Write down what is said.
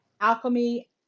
Alchemy